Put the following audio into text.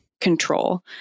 control